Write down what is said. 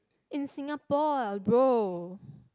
in Singapore ah bro